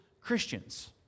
Christians